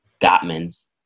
Gottman's